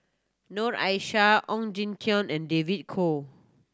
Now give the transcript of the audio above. Noor Aishah Ong Jin Teong and David Kwo